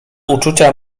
uczucia